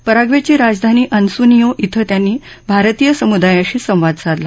पराग्वेची राजधानी असुन्सियों क्वें त्यांनी भारतीय समुदायाशी संवाद साधला